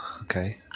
Okay